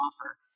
offer